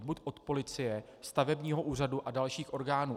Buď od policie, stavebního úřadu a dalších orgánů.